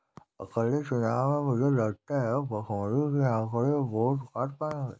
अगले चुनाव में मुझे लगता है भुखमरी के आंकड़े वोट काट पाएंगे